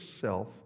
self